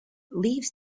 leaves